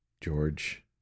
George